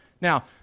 Now